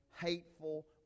hateful